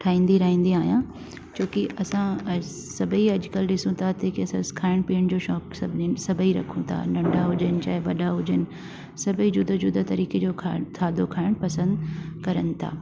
ठाईंदी रहंदी आहियां छोकी असां सभई अॼुकल्ह ॾिसूं था की असां खाइण पीअण जो शौक़ु सभई रखूं था नंढा हुजनि छा आहे वॾा हुजनि सभई जुदा जुदा तरीक़े जो खाइण खाधो खाइण पसंदि कनि था